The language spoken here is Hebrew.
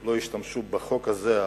לא ישתמשו בחוק הזה.